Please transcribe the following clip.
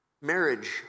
Marriage